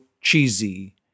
cheesy